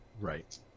Right